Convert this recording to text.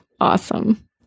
Awesome